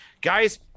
Guys